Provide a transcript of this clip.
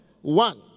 One